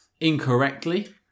incorrectly